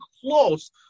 close